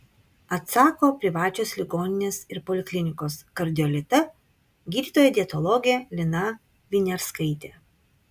atsako privačios ligoninės ir poliklinikos kardiolita gydytoja dietologė lina viniarskaitė